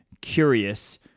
curious